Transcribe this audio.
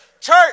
church